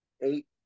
eight